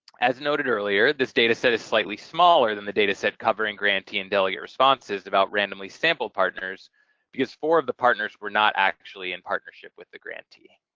as noted earlier, this data set is slightly smaller than the data set covering grantee and delegate responses about randomly sampled partners because four of the partners were not actually in partnership with the grantee.